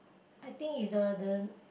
I think is the the